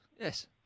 yes